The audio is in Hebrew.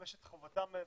לממש את חובתם האזרחית,